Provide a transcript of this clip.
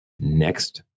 Next